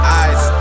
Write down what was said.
eyes